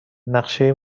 نقشه